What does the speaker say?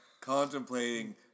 contemplating